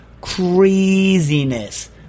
craziness